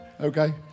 Okay